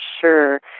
sure